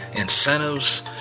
incentives